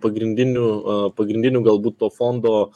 pagrindinių a pagrindinių galbūt to fondo